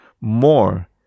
more